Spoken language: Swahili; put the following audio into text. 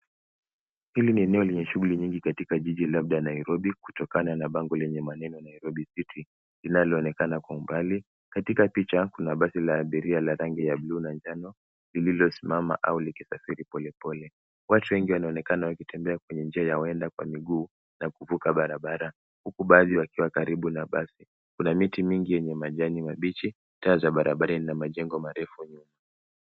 Hili ni eneo lenye shughuli nyingi katika jiji labda Nairobi kutokana na bango lenye maneno Nairobi City linaloonekana kwa umbali. Katika picha kuna basi la abiria la rangi ya bluu na njano lililosimama au likisafiri polepole. Watu wengi wanaonekana kwenye njia ya wenda kwa miguu ya kuvuka barabara, huku baadhi wakiwa karibu na basi. Kuna miti mingi yenye majani mabichi, taa za barabara na majengo marefu nyuma.